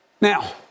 now